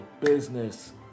business